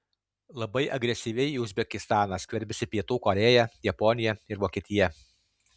labai agresyviai į uzbekistaną skverbiasi pietų korėja japonija ir vokietija